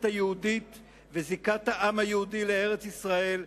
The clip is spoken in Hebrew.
היהודית וזיקת העם היהודי לארץ-ישראל,